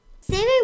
Saving